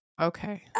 okay